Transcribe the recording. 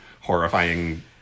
horrifying